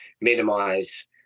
minimize